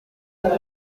uko